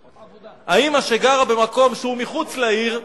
האמא, שגרה מחוץ לעיר,